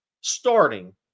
starting